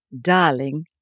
darling